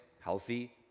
healthy